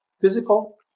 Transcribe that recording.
physical